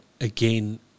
again